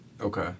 Okay